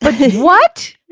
but what.